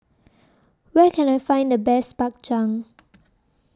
Where Can I Find The Best Bak Chang